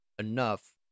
enough